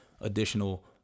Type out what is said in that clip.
additional